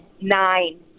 Nine